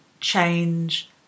change